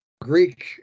Greek